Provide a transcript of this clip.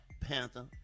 Panther